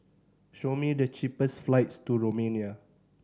show me the cheapest flights to Romania